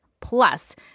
plus